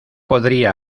podría